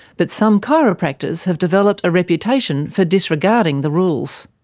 but some chiropractors have developed a reputation for disregarding the rules.